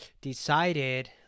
decided